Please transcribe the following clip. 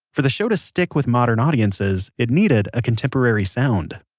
for the show to stick with modern audiences, it needed a contemporary sound